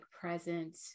present